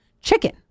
chicken